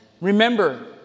Remember